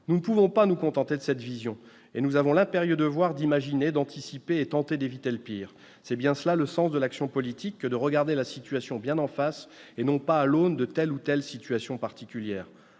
Nous ne pouvons pas nous contenter de cette vision et nous avons l'impérieux devoir d'imaginer, d'anticiper et de tenter d'éviter le pire. C'est bien le sens de l'action politique que de regarder la situation en face et non pas à l'aune de telle ou telle situation particulière.